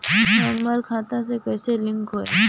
Number खाता से कईसे लिंक होई?